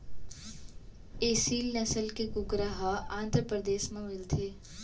एसील नसल के कुकरा ह आंध्रपरदेस म मिलथे